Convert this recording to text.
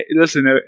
Listen